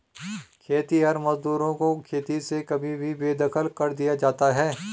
खेतिहर मजदूरों को खेती से कभी भी बेदखल कर दिया जाता है